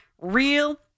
real